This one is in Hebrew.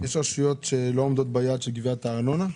יש רשויות שלא עומדות ביעד של גביית הארנונה?